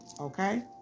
Okay